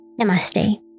Namaste